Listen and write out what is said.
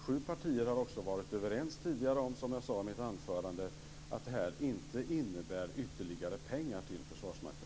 Sju partier har också varit överens tidigare, som jag sade i mitt anförande, om att detta inte innebär ytterligare pengar till Försvarsmakten.